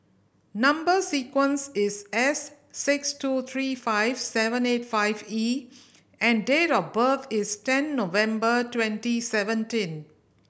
number sequence is S six two three five seven eight five E and date of birth is ten November twenty seventeen